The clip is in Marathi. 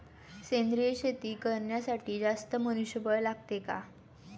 सेंद्रिय शेती करण्यासाठी जास्त मनुष्यबळ लागते का?